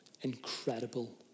Incredible